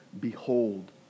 behold